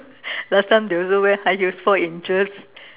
last time they also wear high heels four inches